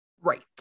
right